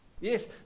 Yes